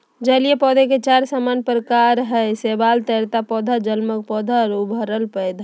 जलीय पौधे के चार सामान्य प्रकार हइ शैवाल, तैरता पौधा, जलमग्न पौधा और उभरल पौधा